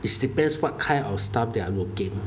is depends what kind of stuff they are looking